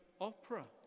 opera